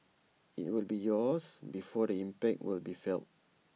IT will be years before the impact will be felt